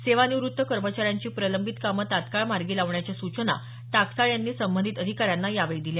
सेवानिवृत्त कर्मचाऱ्यांची प्रलंबित कामं तात्काळ मार्गी लावण्याच्या सूचना टाकसाळे यांनी संबंधित विभागांना दिल्या